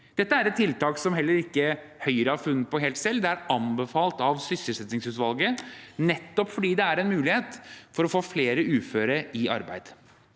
Dette er et tiltak som heller ikke Høyre har funnet på helt selv. Det er anbefalt av sysselsettingsutvalget fordi det er en mulighet til å få flere uføre i arbeid.